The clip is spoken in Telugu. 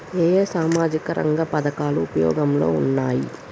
ఏ ఏ సామాజిక రంగ పథకాలు ఉపయోగంలో ఉన్నాయి?